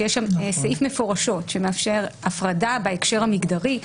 שיש שם סעיף מפורשות שמאפשר הפרדה בהקשר המגדרי,